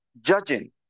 judging